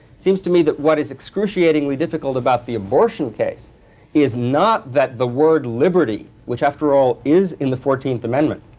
it seems to me that what is excruciatingly difficult about the abortion case is not that the word liberty, which after all is in the fourteenth amendment,